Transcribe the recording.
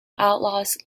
outlaws